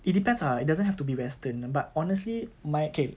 it depends ah it doesn't have to be western but honestly my okay